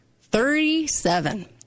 Thirty-seven